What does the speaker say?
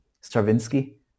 Stravinsky